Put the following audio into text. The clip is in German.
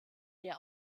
der